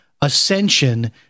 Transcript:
Ascension